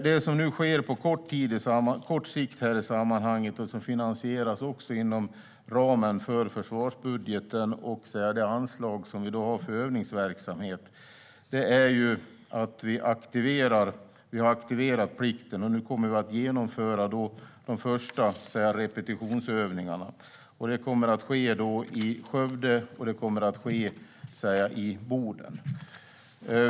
Det som sker på kort sikt och finansieras inom ramen för försvarsbudgeten och det anslag som vi har för övningsverksamhet är att vi aktiverar plikten och kommer att genomföra de första repetitionsövningarna. Det kommer att ske i Skövde och Boden.